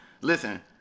Listen